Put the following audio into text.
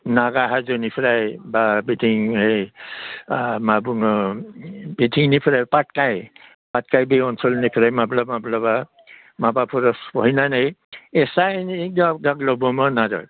नागा हाजोनिफ्राय बा बिथिं ओइ मा बुङो बिथिंनिफ्राय पाटकाइ पाटकाइ बे ओनसोलनिफ्राय माब्ला माब्लाबा माबाफोर सहैनानै एफा एनै गाग्लोबोमोन आरो